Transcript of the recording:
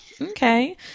Okay